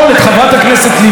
אדוני היושב-ראש,